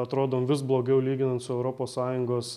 atrodom vis blogiau lyginant su europos sąjungos